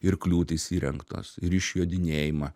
ir kliūtys įrengtos ir išjodinėjama